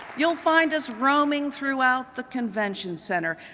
you'll find us roaming throughout the convention center.